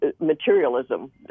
materialism